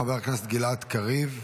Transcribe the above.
חבר הכנסת גלעד קריב.